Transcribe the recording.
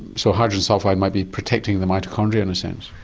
so hydrogen sulphide might be protecting the mitochondria in a sense.